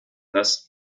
das